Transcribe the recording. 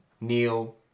Neil